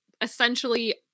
essentially